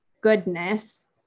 goodness